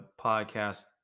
podcast